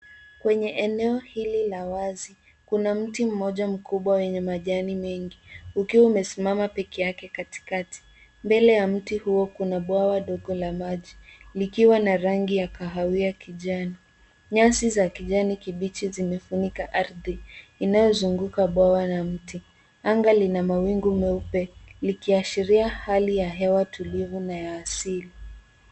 Kwenye eneo hili la wazi, kuna mti mmoja mkubwa wenye majani mengi ukiwa umesimama pekee yake katikati. Mbele ya mti huo kuna bwawa dogo la maji likiwa na rangi ya kahawia kijani. Nyasi za kijani kibichi zimefunika ardhi inayozunguka bwawa na mti. Anga lina mawingu meupe, likiashiria hali ya hewa tulivu na ya asili.